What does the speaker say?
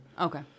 Okay